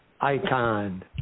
icon